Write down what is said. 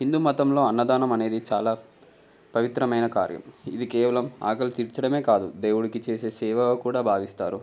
హిందూ మతంలో అన్నదానం అనేది చాలా పవిత్రమైన కార్యం ఇది కేవలం ఆకలి తీర్చడమే కాదు దేవుడికి చేసే సేవగా కూడా భావిస్తారు